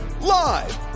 Live